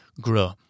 grow